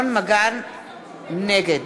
נגד